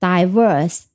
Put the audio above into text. Diverse